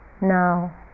now